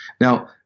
Now